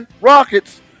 Rockets